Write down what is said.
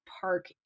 park